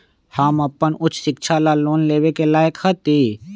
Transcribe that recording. हम अपन उच्च शिक्षा ला लोन लेवे के लायक हती?